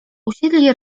usiedli